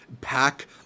pack